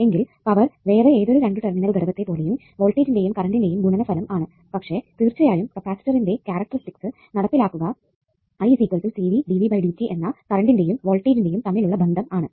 എങ്കിൽ പവർ വേറെ ഏതൊരു രണ്ടു ടെർമിനൽ ഘടകത്തെ പോലെയും വോൾട്ടേജിന്റെയും കറണ്ടിന്റെയും ഗുണനഫലം ആണ് പക്ഷെ തീർച്ചയായും കപ്പാസിറ്ററിന്റെ കാരക്ടറിസ്റ്റിക്സ് നടപ്പിലാക്കുക എന്ന കറണ്ടിന്റെയും വോൾട്ടേജിന്റെയും തമ്മിലുള്ള ബന്ധം ആണ്